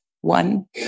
one